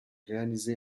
réalisé